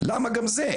למה גם זה?